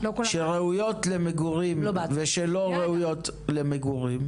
שראויות למגורות ושלא ראויות למגורים?